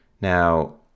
Now